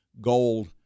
gold